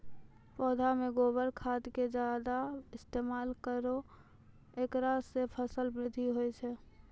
पौधा मे गोबर खाद के ज्यादा इस्तेमाल करौ ऐकरा से फसल बृद्धि होय छै?